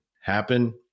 happen